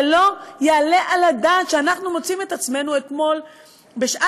זה לא יעלה על הדעת שאנחנו מוצאים את עצמנו אתמול בשעת